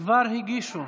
כבר הגישו.